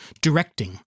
directing